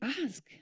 ask